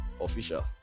official